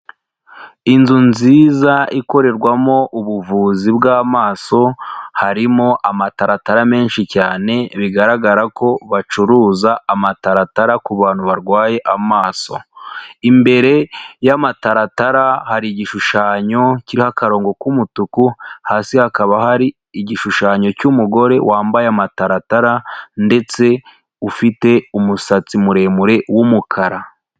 Inzu nziza ikorerwamo ubuvuzi bw'amaso harimo amataratara menshi cyane bigaragara ko bacuruza amataratara ku bantu barwaye amaso, imbere y'amataratara hari igishushanyo kiriho akarongo k'umutuku, hasi hakaba hari igishushanyo cy'umugore wambaye amataratara ndetse ufite umusatsi muremure w'umukara.